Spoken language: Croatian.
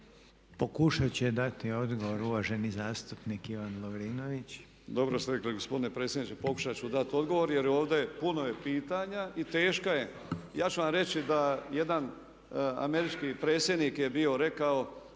Pokušat će dati odgovor uvaženi zastupnik Ivan Lovrinović. **Lovrinović, Ivan (MOST)** Dobro ste rekli gospodine predsjedniče pokušat ću dati odgovor jer ovdje puno je pitanja i teška je. Ja ću vam reći da jedan američki predsjednik je bio rekao